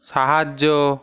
সাহায্য